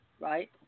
right